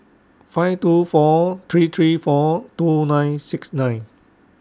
five two four three three four two nine six nine